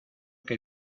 que